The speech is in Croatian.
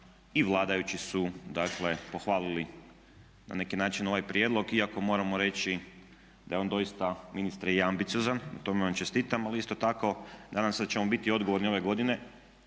i vladajući su dakle pohvalili na neki način ovaj prijedlog iako moramo reći da je on doista ministre i ambiciozan, na tome vam čestitam ali isto tako nadam se da ćemo biti odgovorni ove godine